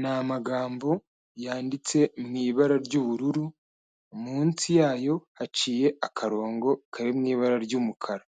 Ni amagambo yanditse mu ibara ry'ubururu, munsi yayo haciye akarongo kari mu ibara ry'umukara.